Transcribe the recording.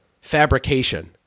fabrication